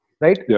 Right